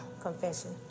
confession